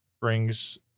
brings